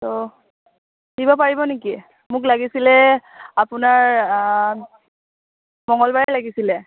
ত' দিব পাৰিব নেকি মোক লাগিছিলে আপোনাৰ মঙলবাৰে লাগিছিলে